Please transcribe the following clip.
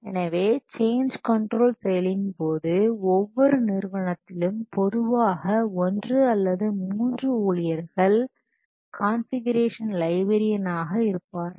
எனவே change control செயலின் போது ஒவ்வொரு நிறுவனத்திலும் பொதுவாக ஒன்று அல்லது மூன்று ஊழியர்கள் கான்ஃபிகுரேஷன் லைப்ரேரியன் ஆக இருப்பார்கள்